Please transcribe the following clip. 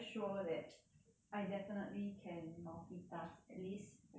I definitely can multitask at least with talking